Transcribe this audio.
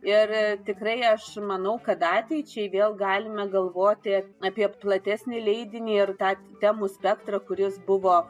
ir tikrai aš manau kad ateičiai vėl galime galvoti apie platesnį leidinį ir tą temų spektrą kuris buvo